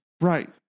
Right